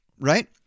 Right